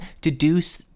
deduce